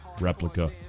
replica